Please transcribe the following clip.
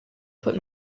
put